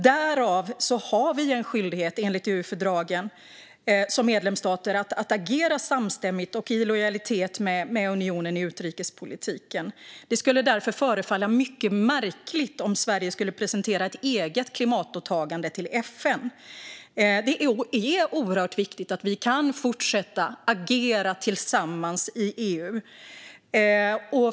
Därav har vi som medlemsstater en skyldighet enligt EU-fördragen att agera samstämmigt och i lojalitet med unionen i utrikespolitiken. Det skulle därför förefalla mycket märkligt om Sverige skulle presentera ett eget klimatåtagande till FN. Det är oerhört viktigt att vi kan fortsätta att agera tillsammans i EU.